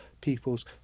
people's